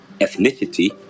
Ethnicity